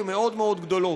הן מאוד מאוד גדולות.